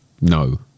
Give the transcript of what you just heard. No